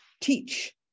teach